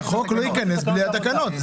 החוק לא ייכנס בלי התקנות.